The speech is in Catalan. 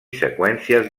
seqüències